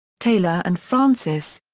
taylor and francis.